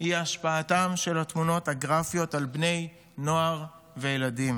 היא השפעתן של התמונות הגרפיות על בני נוער וילדים,